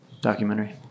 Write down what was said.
documentary